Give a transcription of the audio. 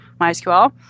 MySQL